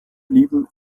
blieben